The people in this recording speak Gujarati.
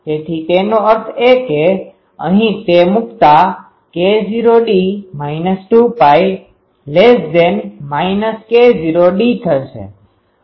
તેથી તેનો અર્થ એ કે અહીં તે મૂકતા k0d 2Π k0d થશે